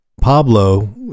Pablo